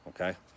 okay